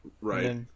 right